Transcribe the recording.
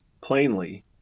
plainly